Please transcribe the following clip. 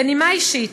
בנימה אישית,